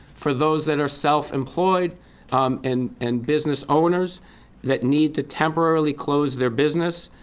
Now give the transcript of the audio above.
for those that are self-employed and and business owners that need to temporarily close their business,